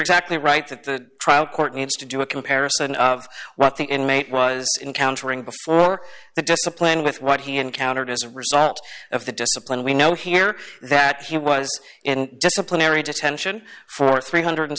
exactly right that the trial court needs to do a comparison of what the inmate was encountering before the discipline with what he encountered as a result of the discipline we know here that he was in disciplinary detention for three hundred